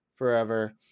Forever